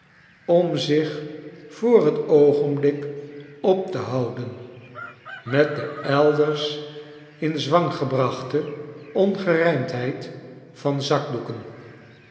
om zich voor t oogenblik op te houden met de elders in zwang gebrachte ongerijmdheid van zakdoeken